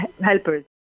helpers